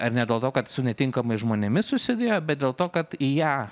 ar ne dėl to kad su netinkamais žmonėmis susidėjo bet dėl to kad į ją